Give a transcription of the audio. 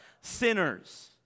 Sinners